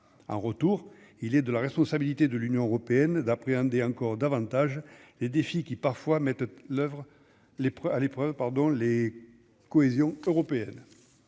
en retour, il est de la responsabilité de l'Union européenne d'appréhender encore davantage les défis qui parfois mettent l'oeuvre les prêts à l'épreuve,